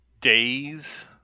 Days